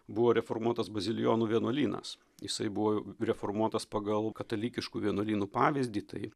buvo reformuotas bazilijonų vienuolynas jisai buvo reformuotas pagal katalikiškų vienuolynų pavyzdį tai